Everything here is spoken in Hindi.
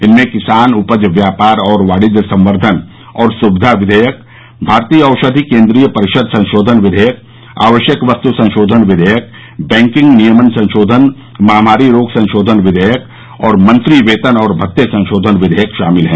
इनमें किसान उपज व्यापार और वाणिज्य संवर्धन और सुविधा विधेयक भारतीय औषधि केन्द्रीय परिषद संशोधन विधेयक आवश्यक वस्तु संशोधन विधेयक बैंकिंग नियमन संशोधन महामारी रोग संशोधन विधेयक और मंत्री वेतन और भत्ते संशोधन विधेयक शामिल हैं